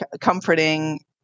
comforting